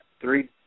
three